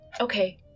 Okay